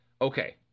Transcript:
Okay